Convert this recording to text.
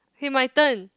okay my turn